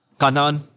Kanan